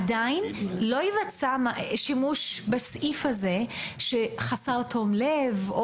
ועדיין לא יווצר שימוש בחוסר תום לב בסעיף הזה,